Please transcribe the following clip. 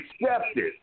accepted